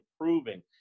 improving